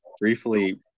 briefly